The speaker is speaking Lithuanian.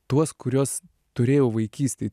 tuos kuriuos turėjau vaikystėj